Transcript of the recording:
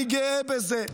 אני גאה בזה.